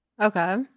Okay